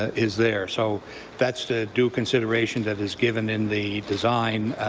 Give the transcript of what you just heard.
is there. so that's the due consideration that is given in the design,